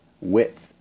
width